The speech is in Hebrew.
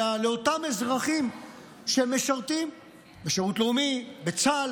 אלא לאותם אנשים שמשרתים בשירות לאומי ובצה"ל